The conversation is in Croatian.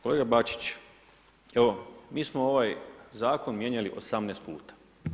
Kolega Bačić, evo mi smo ovaj zakon mijenjali 18 puta.